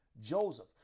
Joseph